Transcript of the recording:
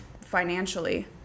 financially